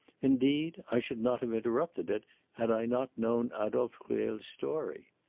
indeed, i should not have interrupted it had i not known adolphe ruel's story.